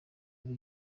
ari